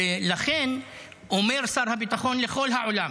לכן אומר שר הביטחון לכל העולם: